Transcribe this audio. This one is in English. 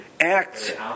Act